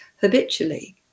habitually